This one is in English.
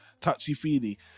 touchy-feely